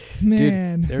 man